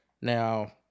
Now